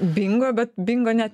bingo bet bingo net